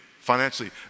financially